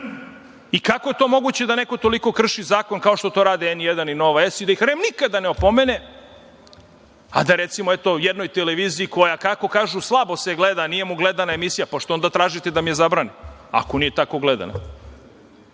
Kako je moguće da neko krši zakona, kao što to rade N1 i „Nova S“ i da ih REM nikada ne opomene, a da jednoj televiziji koja kako kažu slabo se gleda, nije mu gledana emisija, pa što onda tražite da mi je zabrane, ako nije tako gledana? Sve